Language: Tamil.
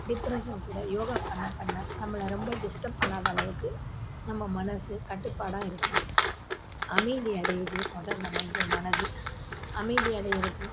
டிப்ரஷன் கூட யோகா பண்ண பண்ண நம்மளை ரொம்ப டிஸ்டப் பண்ணாத அளவுக்கு நம்ம மனசு கட்டுப்பாடாக இருக்குது அமைதி அடையுது மொதல் நம்மளுடைய மனது அமைதி அடையறது